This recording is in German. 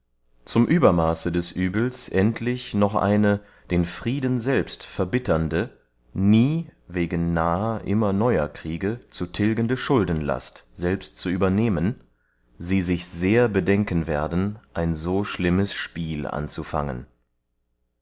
zum uebermaße des uebels endlich noch eine den frieden selbst verbitternde nie wegen naher immer neuer kriege zu tilgende schuldenlast selbst zu übernehmen sie sich sehr bedenken werden ein so schlimmes spiel anzufangen